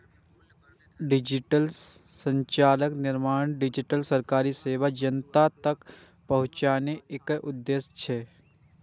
digital संरचनाक निर्माण, digitally सरकारी सेवा जनता तक पहुंचेनाय एकर उद्देश्य छियै